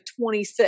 26